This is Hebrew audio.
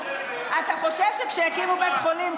אתה חושב שכשהקימו בית חולים,